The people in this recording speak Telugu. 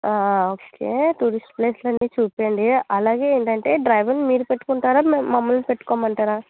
ఓకే టూరిస్ట్ ప్లేస్లన్నీ చూపించండి అలాగే ఏంటంటే డ్రైవర్ని మీరు పెట్టుకుంటారా మేము మామ్మల్ని పెట్టుకోమంటారా